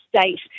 state